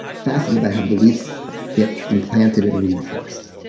fascinated by how beliefs get implanted and reinforced.